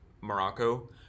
Morocco